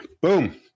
boom